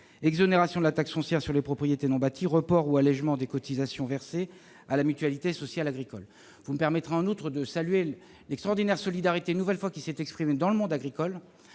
exonération de la taxe foncière sur les propriétés non bâties, report ou allégement des cotisations versées à la Mutualité sociale agricole. Vous me permettrez en outre de saluer l'extraordinaire solidarité qui s'est exprimée une nouvelle